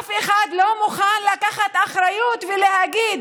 אף אחד לא מוכן לקחת אחריות ולהגיד: